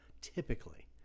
typically